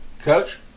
Coach